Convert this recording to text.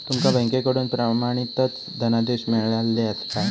तुमका बँकेकडून प्रमाणितच धनादेश मिळाल्ले काय?